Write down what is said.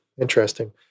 interesting